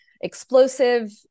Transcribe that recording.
explosive